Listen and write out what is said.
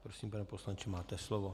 Prosím, pane poslanče, máte slovo.